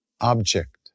object